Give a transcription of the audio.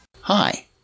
Hi